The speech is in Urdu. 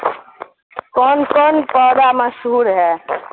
کون کون پودا مشہور ہے